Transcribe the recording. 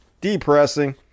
depressing